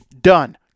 Done